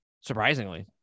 surprisingly